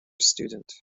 student